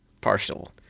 Partial